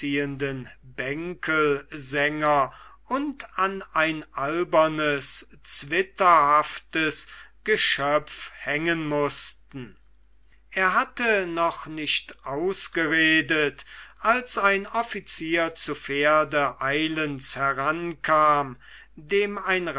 bänkelsänger und an ein albernes zwitterhaftes geschöpf hängen mußten er hatte noch nicht ausgeredet als ein offizier zu pferde eilends herankam dem ein